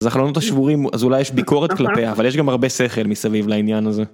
זה החלונות השבורים, אז אולי יש ביקורת כלפיה, אבל יש גם הרבה שכל מסביב לעניין הזה.